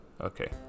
Okay